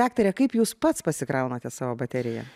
daktare kaip jūs pats pasikraunate savo bateriją